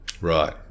Right